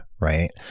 right